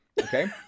Okay